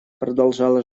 продолжала